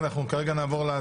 היום יום רביעי,